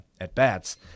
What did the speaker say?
at-bats